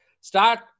start